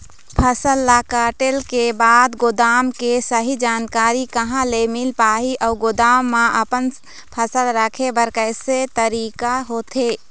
फसल ला कटेल के बाद गोदाम के सही जानकारी कहा ले मील पाही अउ गोदाम मा अपन फसल रखे बर कैसे तरीका होथे?